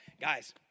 Guys